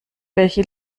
welche